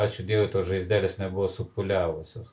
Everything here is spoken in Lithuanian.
ačiū dievui tos žaizdelės nebuvo supūliavusios